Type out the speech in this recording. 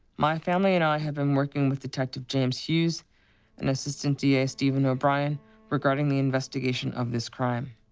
my family and i have been working with detective james hughes and assistant da stephen o'brien regarding the investigation of this crime.